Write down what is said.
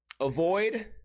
avoid